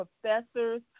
professors